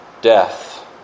death